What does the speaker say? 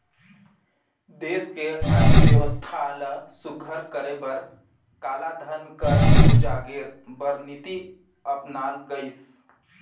देस के अर्थबेवस्था ल सुग्घर करे बर कालाधन कर उजागेर बर नीति अपनाल गइस